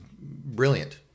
brilliant